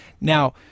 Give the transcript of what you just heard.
Now